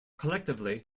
collectively